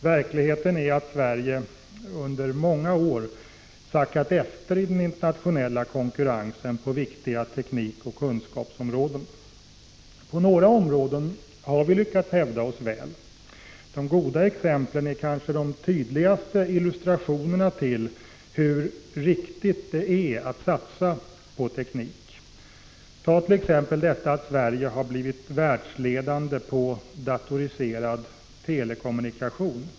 Verkligheten är att Sverige under många år har sackat efter i den internationella konkurrensen på viktiga teknikoch kunskapsområden. På några områden har vi lyckats hävda oss väl. De goda exemplen kanske tydligast illustrerar hur riktigt det är att satsa på teknik. Ta t.ex. detta att Sverige har blivit världsledande på datoriserad telekommunikation.